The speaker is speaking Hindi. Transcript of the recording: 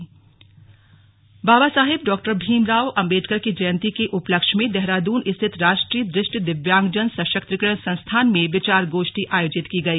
दिव्यांग बाबा साहेब डॉक्टर भीमराव अंबेडकर की जयंती के उपलक्ष्य में देहरादून स्थित राष्ट्रीय दृष्टि दिव्यांगजन सशक्तिकरण संस्थान में विचार गोष्ठी आयोजित की गई